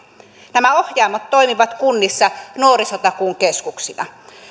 nämä ohjaamot toimivat kunnissa nuorisotakuun keskuksina